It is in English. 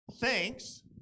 Thanks